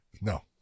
No